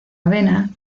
avena